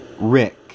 Rick